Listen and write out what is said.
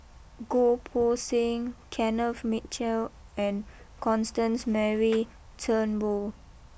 Goh Poh Seng Kenneth Mitchell and Constance Mary Turnbull